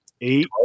Eight